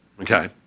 okay